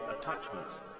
attachments